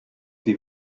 die